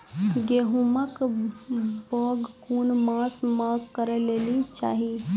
गेहूँमक बौग कून मांस मअ करै लेली चाही?